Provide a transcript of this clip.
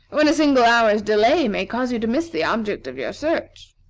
when a single hour's delay may cause you to miss the object of your search.